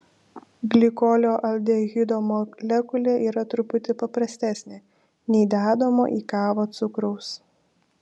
glikolio aldehido molekulė yra truputį paprastesnė nei dedamo į kavą cukraus